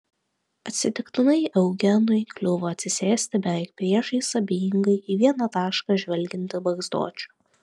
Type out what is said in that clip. atsitiktinai eugenui kliuvo atsisėsti beveik priešais abejingai į vieną tašką žvelgiantį barzdočių